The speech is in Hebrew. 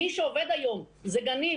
מי שעובד היום זה גנים